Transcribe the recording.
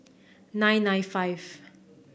nine nine five